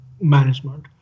management